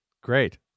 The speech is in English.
Great